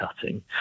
cutting